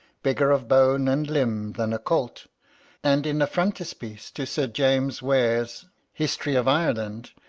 bigger of bone and limb than a colt and in a frontispiece to sir james ware's history of ireland,